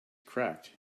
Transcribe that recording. cracked